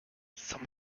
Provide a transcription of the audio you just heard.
some